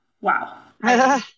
Wow